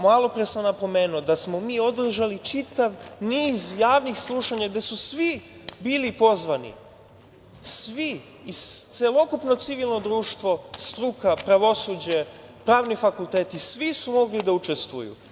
Malopre sam napomenuo da smo održali čitav niz javnih slušanja gde su svi bili pozvani, svi, celokupno civilno društvo, struka, pravosuđe, pravni fakulteti, svi su mogli da učestvuju.